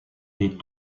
des